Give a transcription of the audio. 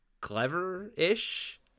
clever-ish